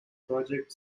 project